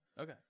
Okay